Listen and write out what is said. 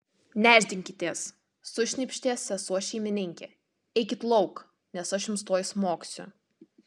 nešdinkitės sušnypštė sesuo šeimininkė eikit lauk nes aš jums tuoj smogsiu